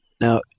Now